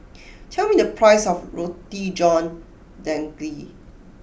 tell me the price of Roti John Daging